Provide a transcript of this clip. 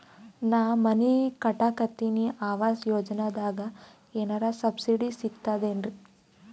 ನಾ ಮನಿ ಕಟಕತಿನಿ ಆವಾಸ್ ಯೋಜನದಾಗ ಏನರ ಸಬ್ಸಿಡಿ ಸಿಗ್ತದೇನ್ರಿ?